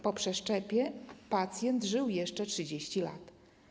Po przeszczepie pacjent żył jeszcze 30 lat.